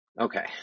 Okay